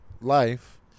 life